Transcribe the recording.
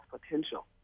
potential